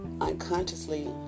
unconsciously